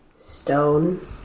stone